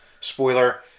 Spoiler